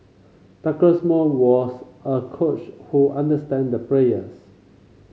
Douglas Moore was a coach who understand the players